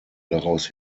daraus